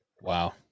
wow